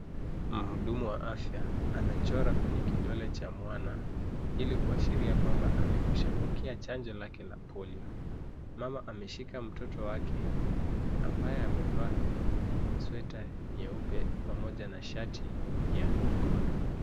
Mhudumu wa afya anachora kwenye kidole cha mwana ili kuashiria kwamba amekwishapokea chanjo lake la polio ,mama ameshika mtoto wake ambaye amevaa sweta nyeupe pamoja na shati ya nyekundu.